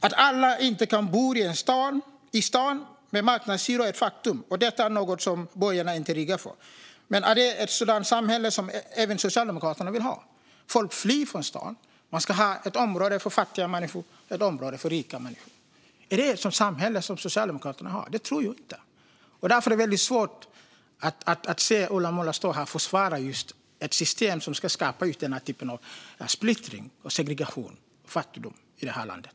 Att alla inte kan bo i staden med marknadshyror är ett faktum. Detta är något som borgarna inte ryggar för. Men är det ett sådant samhälle som även Socialdemokraterna vill ha? Människor flyr från staden. Man ska ha ett område för fattiga människor och ett område för rika människor. Är det ett sådant samhälle som Socialdemokraterna vill ha? Det tror jag inte. Därför är det väldigt svårt att se Ola Möller stå här och försvara just ett system som skapar den typen av splittring, segregation och fattigdom i det här landet.